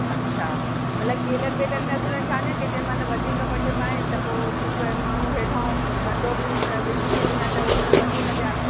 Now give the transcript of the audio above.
अच्छा मतलबु केलनि ॿेलनि में असुल में छा हूंदो आहे जंहिं महिल वधीक वठिबा आहिनि त पोइ कि क कंहिं माण्हू हेठां गंदो बि विझी छॾींदा आहिनि त हुन में वधीक ॿिया